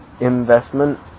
investment